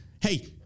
hey